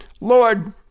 Lord